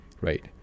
right